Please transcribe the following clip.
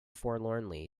forlornly